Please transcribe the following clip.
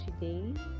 today